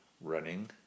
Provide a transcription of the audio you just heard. running